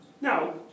Now